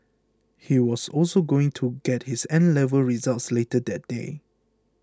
he was also going to get his 'N' level results later that day